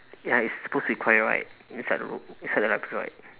ya it's supposed to be quiet right inside the room inside the library right